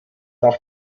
nach